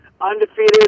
undefeated